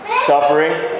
suffering